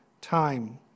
time